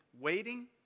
waiting